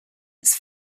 its